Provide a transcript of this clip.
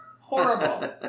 horrible